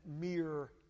mere